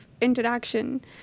interaction